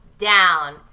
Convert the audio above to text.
down